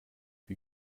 wie